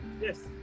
Yes